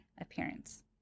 appearance